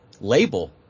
label